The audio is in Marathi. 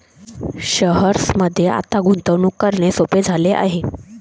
शेअर्समध्ये गुंतवणूक करणे आता सोपे झाले आहे